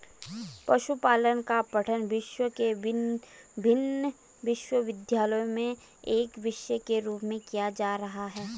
पशुपालन का पठन विश्व के विभिन्न विश्वविद्यालयों में एक विषय के रूप में किया जा रहा है